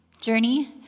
journey